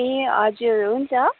ए हजुर हुन्छ